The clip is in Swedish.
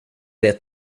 det